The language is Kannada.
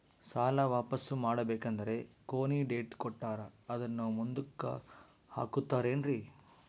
ಸಾಲ ವಾಪಾಸ್ಸು ಮಾಡಬೇಕಂದರೆ ಕೊನಿ ಡೇಟ್ ಕೊಟ್ಟಾರ ಅದನ್ನು ಮುಂದುಕ್ಕ ಹಾಕುತ್ತಾರೇನ್ರಿ?